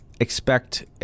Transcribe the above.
expect